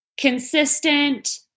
consistent